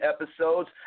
episodes